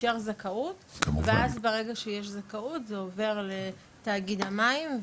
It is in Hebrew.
אישר זכאות ואז ברגע שיש זכאות זה עובר לתאגיד המים,